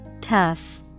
Tough